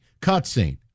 Cutscene